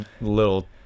little